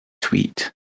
tweet